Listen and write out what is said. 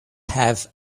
have